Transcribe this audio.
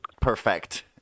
perfect